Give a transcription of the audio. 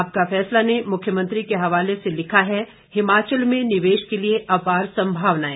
आपका फैसला ने मुख्यमंत्री के हवाले से लिखा है हिमाचल में निवेश के लिए अपार संभावनाएं